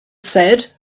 said